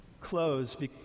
close